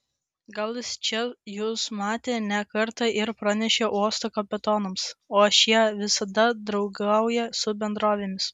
gal jis čia jus matė ne kartą ir pranešė uosto kapitonams o šie visada draugauja su bendrovėmis